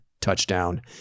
touchdown